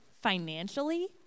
financially